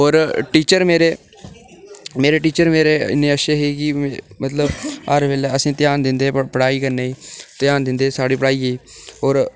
होर टीचर मेरे टीचर मेरे इ'न्ने अच्छे हे के हर बेल्लै असें ई ध्यान दिंदे हे पढ़ाई करने ई ध्यान दिंदे हे साढ़ी पढ़ाइयै ई होर